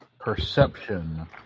perception